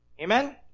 Amen